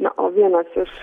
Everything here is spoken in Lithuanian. na o vienas iš